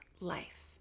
life